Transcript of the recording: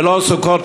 ללא סוכות,